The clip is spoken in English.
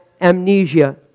amnesia